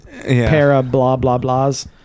para-blah-blah-blahs